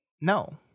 no